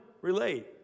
relate